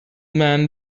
man